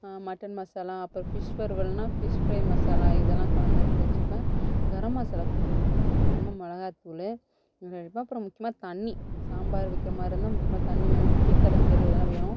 mutton masala அப்புறம் fish வறுவல்னா fish fry masala இதெல்லாம் கலந்து எடுத்து வச்சுப்பேன் கரம் மசாலா கொஞ்சம் ரெடி பண்ணுவேன் முக்கியமா மிளகாத்தூளு அப்புறம் முக்கியமாக தண்ணி சாம்பார் வைக்கிறமாதிரி இருந்தால் முக்கியமாக தண்ணி வேணும் புளிக்கரைசல் இதெலாம் வேணும்